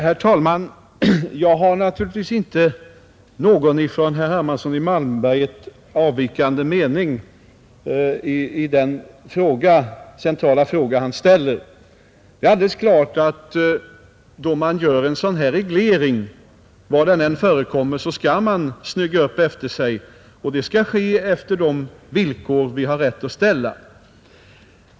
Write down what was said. Herr talman! Jag har naturligtvis inte någon ifrån herr Hermansson i Malmberget avvikande mening i den centrala fråga som han tar upp. Det är alldeles klart att då man gör en sådan här reglering, var den än förekommer, skall man snygga upp efter sig, och det skall ske enligt de krav vi har rätt att ställa.